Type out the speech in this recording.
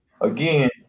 again